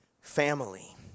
family